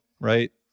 Right